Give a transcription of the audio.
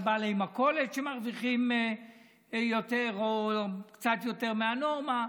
על בעלי מכולת שמרוויחים יותר או קצת יותר מהנורמה,